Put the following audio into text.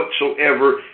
whatsoever